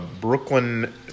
Brooklyn